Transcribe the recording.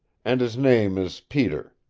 and his name is peter.